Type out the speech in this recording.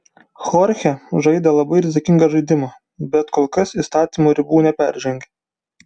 chorchė žaidė labai rizikingą žaidimą bet kol kas įstatymo ribų neperžengė